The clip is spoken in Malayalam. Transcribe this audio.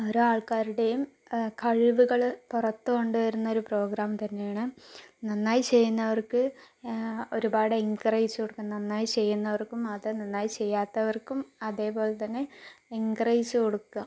ഓരോ ആൾക്കാരുടെയും കഴിവുകൾ പുറത്തു കൊണ്ടുവരുന്നൊരു പ്രോഗ്രാം തന്നെയാണ് നന്നായി ചെയ്യുന്നവർക്ക് ഒരുപാട് എൻകറേജ് കൊടുക്കും നന്നായി ചെയ്യുന്നവർക്കും മാത്രം നന്നായി ചെയ്യാത്തവർക്കും അതേപോലെത്തന്നെ എൻകറേജ് കൊടുക്കുക